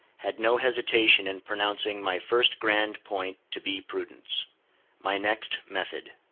had no hesitation in pronouncing my first grand point to be prudence my next, method.